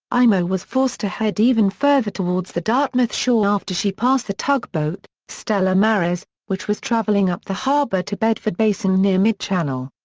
imo was forced to head even further towards the dartmouth shore after she passed the tugboat, stella maris, which was travelling up the harbour to bedford basin near mid-channel.